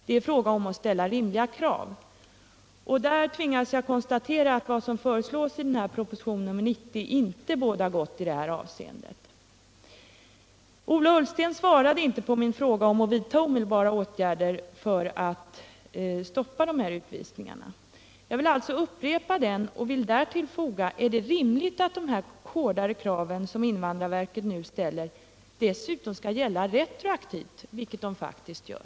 Det är fråga om att ställa rimliga krav. Där tvingas jag konstatera att vad som föreslås i propositionen 90 inte bådar gott i detta avseende. Ola Uilsten svarade inte på min fråga om vidtagande av omedelbara åtgärder för att stoppa utvisningarna av gäststuderande. Jag vill därför upprepa.den och vill därtill foga följande fråga: Är det rimligt att de hårdare krav som invandrarverket nu ställer dessutom skall gälla retroaktivt, vilket de faktiskt gör?